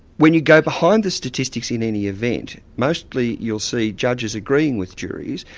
when you go behind the statistics in any event, mostly you'll see judges agreeing with juries,